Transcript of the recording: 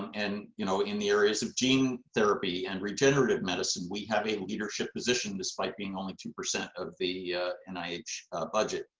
um and you know in the areas of gene therapy and regenerative medicine, we have a leadership position, despite being only two percent of the ah and nih budget.